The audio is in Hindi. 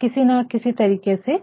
किसी ना किसी तरीके से